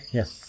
yes